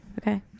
Okay